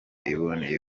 iboneye